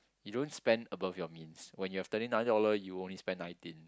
you don't spend above your means when you have thirty nine dollar you only spend nineteen